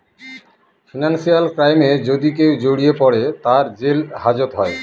financial ক্রাইমে যদি কেউ জড়িয়ে পরে, তার জেল হাজত হয়